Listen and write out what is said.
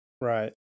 right